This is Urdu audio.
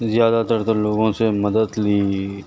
زیادہ تر تر لوگوں سے مدد لی